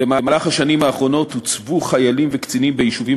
במהלך השנים האחרונות הוצבו חיילים וקצינים ביישובים